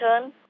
turn